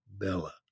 Bella